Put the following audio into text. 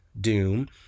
Doom